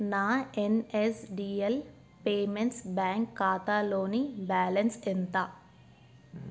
నా NSDL payments bank ఖాతాలోని balance ఎంత